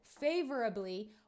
favorably